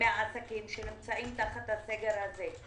מהעסקים שנמצאים תחת הסגר הזה.